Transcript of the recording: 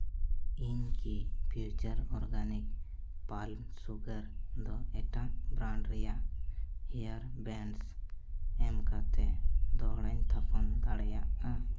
ᱤᱧ ᱠᱤ future organic palm sugar ᱫᱚ ᱮᱴᱟᱜ ᱵᱨᱟᱱᱰ ᱨᱮᱭᱟᱜ ᱦᱮᱭᱟᱨ ᱵᱮᱱᱰᱥ ᱮᱢ ᱠᱟᱛᱮ ᱫᱚᱦᱲᱟᱧ ᱛᱷᱟᱯᱚᱱ ᱫᱟᱲᱮᱭᱟᱜᱼᱟ